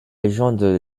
légende